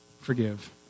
forgive